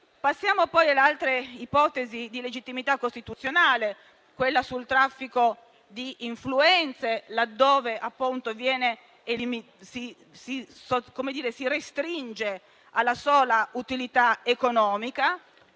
Passiamo alle altre ipotesi di illegittimità costituzionale, come quella sul traffico di influenze, laddove si restringe alla sola utilità economica: